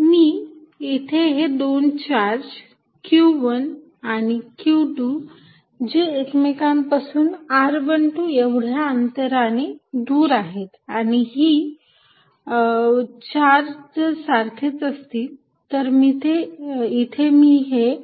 मी इथे हे दोन चार्ज q १ आणि q२ जे की एकमेकांपासून r१२ एवढ्या अंतराने दूर आहेत आणि ही चार्ज जर सारखेच असतील इथे मी हे